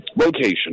location